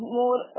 more